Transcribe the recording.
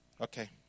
Okay